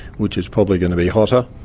which is probably going to be hotter,